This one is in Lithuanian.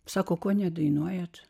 sako ko nedainuojate